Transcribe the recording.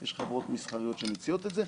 יש חברות מסחריות שמציעות את זה,